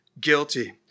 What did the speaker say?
guilty